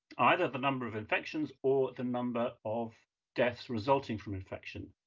either the number of infections or the number of deaths resulting from infection.